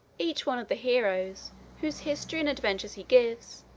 each one of the heroes whose history and adventures he gives,